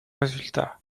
résultat